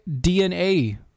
DNA